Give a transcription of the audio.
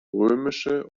römische